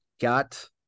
got